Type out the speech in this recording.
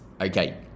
Okay